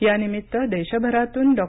यानिमित्त देशभरातून डॉ